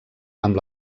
amb